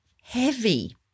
heavy